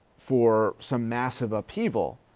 for some massive upheaval.